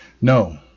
No